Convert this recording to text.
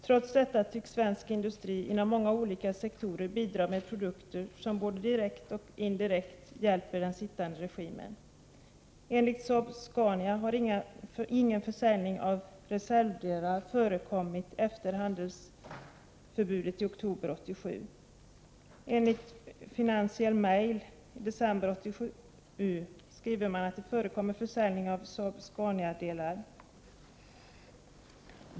Trots detta tycks svensk industri inom många olika sektorer bidra med produkter som både direkt och indirekt hjälper den sittande regimen. Enligt Saab-Scania har ingen försäljning av reservdelar förekommit efter handelsförbudet i oktober 1987. I Financial Mail skrev man i december 1987 att det förekommer försäljning av Saab-Scania-delar.